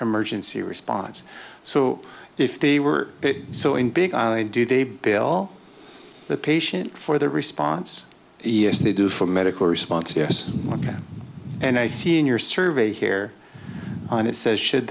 emergency response so if they were so in big i do they bill the patient for the response yes they do for medical response yes and i see in your survey here and it says should